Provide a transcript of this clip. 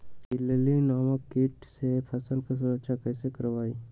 इल्ली नामक किट से फसल के सुरक्षा कैसे करवाईं?